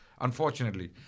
unfortunately